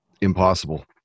impossible